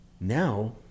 now